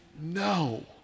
No